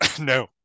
no